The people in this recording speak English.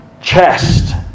chest